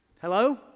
Hello